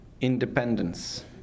independence